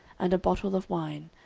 and a bottle of wine,